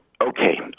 Okay